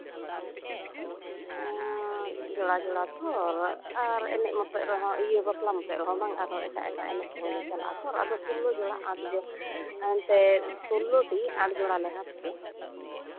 ᱡᱚᱲᱟ ᱡᱚᱲᱟ ᱛᱚ ᱟᱨ ᱮᱱᱮᱡ ᱢᱚᱛᱚᱡ ᱨᱮᱦᱚᱸ ᱤᱭᱟᱹ ᱵᱟᱯᱞᱟ ᱢᱚᱛᱚᱡ ᱨᱮᱦᱚᱸ ᱵᱟᱝ ᱟᱨᱦᱚᱸ ᱮᱴᱟᱜ ᱮᱴᱟᱜ ᱮᱱᱮᱡ ᱠᱚᱞᱮ ᱪᱟᱞᱟᱜ ᱟᱛᱚ ᱟᱫᱚ ᱥᱳᱞᱞᱚ ᱡᱚᱲᱟ ᱟᱴ ᱡᱚᱲ ᱮᱱᱛᱮᱜ ᱥᱳᱞᱳᱴᱤ ᱟᱴ ᱡᱚᱲᱟ ᱞᱮ ᱦᱟᱴ ᱠᱮᱭᱟ